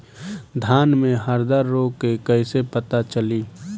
धान में हरदा रोग के कैसे पता चली?